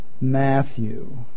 Matthew